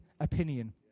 opinion